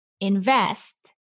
invest